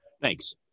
Thanks